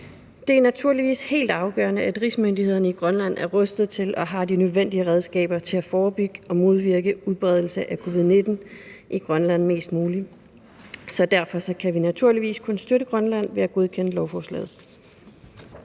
Det er naturligvis helt afgørende, at rigsmyndighederne i Grønland er rustet til og har de nødvendige redskaber til at forebygge og modvirke udbredelse af covid-19 i Grønland mest muligt. Så derfor kan vi naturligvis kun støtte Grønland ved at godkende lovforslaget.